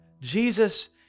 Jesus